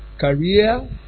career